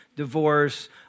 divorce